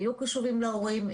היו קשובים להורים,